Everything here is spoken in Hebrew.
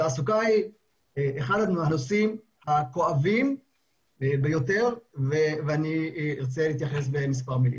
תעסוקה היא אחד הנושאים הכואבים ביותר ואני ארצה להתייחס במספר מילים.